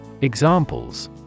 Examples